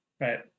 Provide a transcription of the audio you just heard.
Right